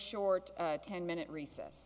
short ten minute recess